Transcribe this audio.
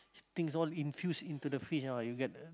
things all infused into the fish ah you get the